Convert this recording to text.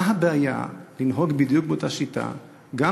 מה הבעיה לנהוג בדיוק באותה שיטה גם